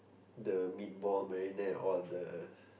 the meatball marinara or the